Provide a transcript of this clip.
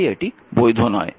তাই এটি বৈধ নয়